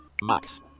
Max